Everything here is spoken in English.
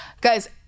guys